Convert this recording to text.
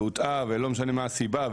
והוטעה ולא משנה מה הסיבה,